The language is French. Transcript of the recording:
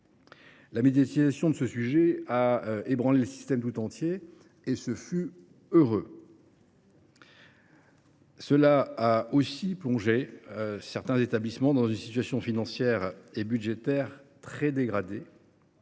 La médiatisation de ce sujet a ébranlé le système tout entier, et ce fut heureux. Elle a aussi plongé certains établissements dans une situation financière et budgétaire très dégradée.